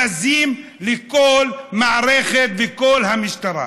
בזים לכל המערכת ולכל המשטרה.